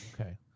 okay